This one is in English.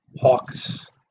hawks